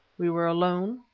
we were alone,